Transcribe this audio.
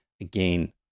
again